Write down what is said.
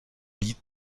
být